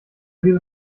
diese